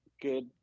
good